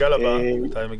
הגל הבא, מתי הוא מגיע?